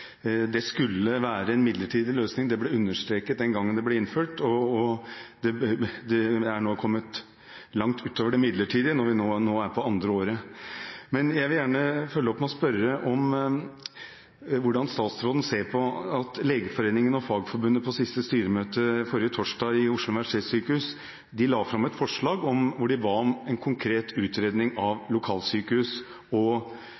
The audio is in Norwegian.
Det skulle være en midlertidig løsning, det ble understreket den gangen det ble innført. Det er kommet langt utover det midlertidige når vi nå er på andre året. Jeg vil gjerne følge opp med å spørre om hvordan statsråden ser på at Legeforeningen og Fagforbundet på siste styremøte, forrige torsdag, ved Oslo universitetssykehus la fram et forslag der de ba om en konkret utredning av lokalsykehus